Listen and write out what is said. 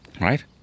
Right